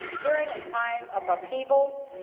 during a time of upheaval.